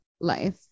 life